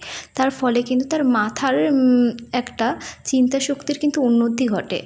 তার ফলে কিন্তু তার মাথার একটা চিন্তা শক্তির কিন্তু উন্নতি ঘটে